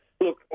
Look